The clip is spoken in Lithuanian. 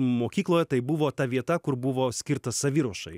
mokykloje tai buvo ta vieta kur buvo skirta saviruošai